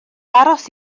aros